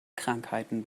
krankheiten